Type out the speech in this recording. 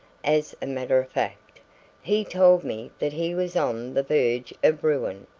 as a matter of fact he told me that he was on the verge of ruin.